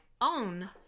own